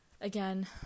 again